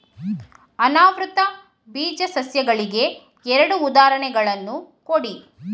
ಅನಾವೃತ ಬೀಜ ಸಸ್ಯಗಳಿಗೆ ಎರಡು ಉದಾಹರಣೆಗಳನ್ನು ಕೊಡಿ